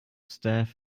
staff